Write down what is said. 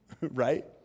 right